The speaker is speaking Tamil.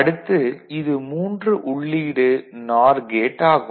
அடுத்து இது 3 உள்ளீடு நார் கேட் ஆகும்